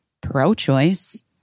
pro-choice